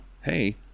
hey